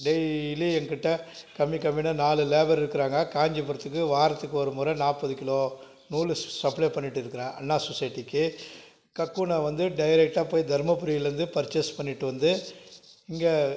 daily என் கிட்டே கம்மி கம்மின்னு நாலு லேபர் இருக்கிறாங்க காஞ்சிபுரத்துக்கு வாரத்துக்கு ஒரு முறை நாற்பது கிலோ நூல் சப்ளை பண்ணிகிட்டு இருக்கிறேன் அண்ணா சொசைட்டிக்கு கக்கூனை வந்து டேரெக்டாக போய் தர்மபுரியிலேருந்து பர்ச்சேஸ் பண்ணிகிட்டு வந்து இங்கே